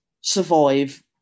survive